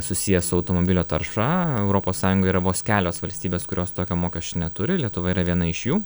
susijęs su automobilio tarša europos sąjungoj yra vos kelios valstybės kurios tokio mokesčio neturi lietuva yra viena iš jų